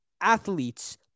athletes